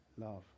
love